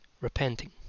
repenting